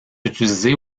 utilisées